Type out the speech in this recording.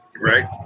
right